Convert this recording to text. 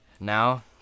Now